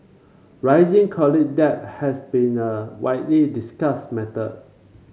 rising college debt has been a widely discussed matter